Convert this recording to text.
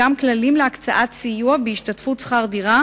גם כללים להקצאת סיוע בהשתתפות בשכר דירה